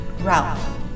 Ralph